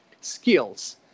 skills